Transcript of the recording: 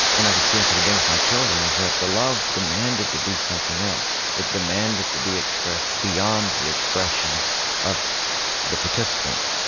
and i've experienced it again with my children is that the love demanded to be something else. it demanded to be expressed beyond the expression of the participants.